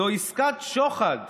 זאת עסקת שוחד.